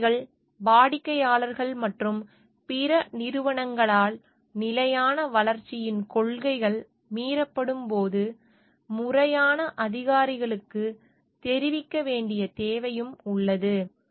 முதலாளிகள் வாடிக்கையாளர்கள் மற்றும் பிற நிறுவனங்களால் நிலையான வளர்ச்சியின் கொள்கைகள் மீறப்படும்போது முறையான அதிகாரிகளுக்குத் தெரிவிக்க வேண்டிய தேவையும் உள்ளது